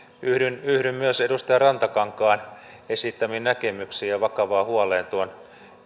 yhdyn yhdyn myös edustaja rantakankaan esittämiin näkemyksiin ja vakavaan huoleen tuon